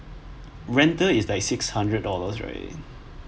rental is like six hundred dollars right